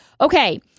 Okay